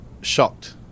shocked